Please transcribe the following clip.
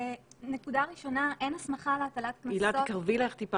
נקודה ראשונה, אין הסמכה להטלת קנסות